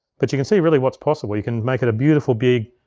but you can see really what's possible. you can make it a beautiful, big,